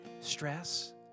stress